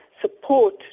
support